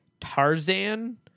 tarzan